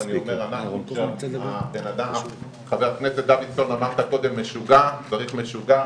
ח"כ דוידסון אמרת קודם שצריך משוגע,